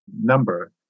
number